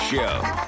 Show